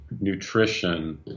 nutrition